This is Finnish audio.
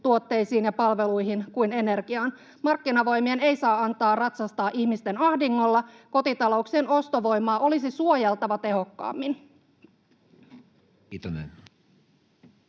tuotteisiin ja palveluihin kuin energiaan. Markkinavoimien ei saa antaa ratsastaa ihmisten ahdingolla. Kotitalouksien ostovoimaa olisi suojeltava tehokkaammin. Edustaja